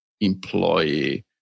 employee